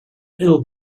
ill